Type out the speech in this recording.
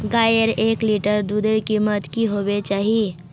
गायेर एक लीटर दूधेर कीमत की होबे चही?